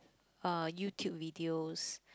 uh YouTube videos